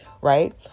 right